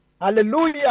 Hallelujah